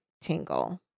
tingle